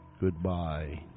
goodbye